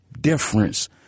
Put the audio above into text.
difference